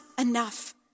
enough